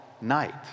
night